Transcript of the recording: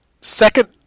Second